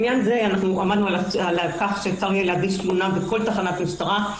לעניין זה עמדנו על כך שאפשר יהיה להגיש תלונה בכל תחנת משטרה.